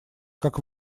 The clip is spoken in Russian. как